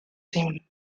team